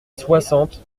soixante